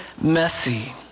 messy